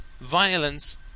violence